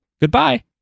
Goodbye